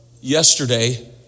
yesterday